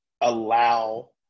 allow